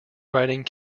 writing